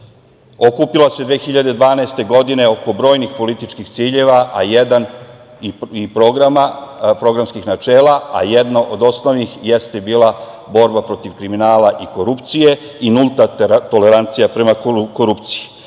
okupila se 2012. godine oko brojnih političkih ciljeva i programskih načela, a jedno od osnovnih jeste bila borba protiv kriminala i korupcije i nulta tolerancija prema korupciji. Mi